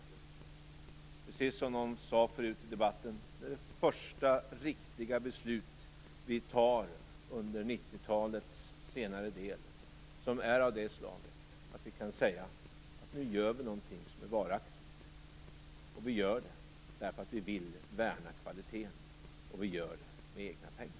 Precis som någon sagt förut i debatten var detta det första riktiga beslut under 1990-talets senare del av sådant slag att vi kan säga att vi gör någonting som är varaktigt. Vi gör det därför att vi vill värna kvaliteten, och vi gör det med egna pengar.